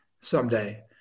someday